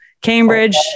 Cambridge